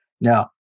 Now